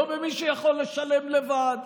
לא במי שיכול לשלם לבד,